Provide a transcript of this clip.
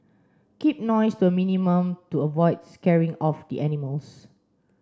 keep noise to a minimum to avoid scaring off the animals